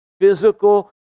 physical